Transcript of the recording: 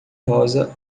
rosa